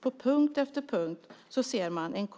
På punkt efter punkt ser man en